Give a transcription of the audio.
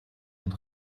und